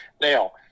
Now